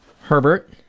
Herbert